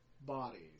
bodies